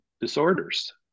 disorders